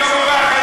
אני לא בורח.